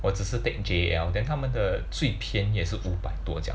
我只是 take J_L then 他们的最便宜也是五百多这样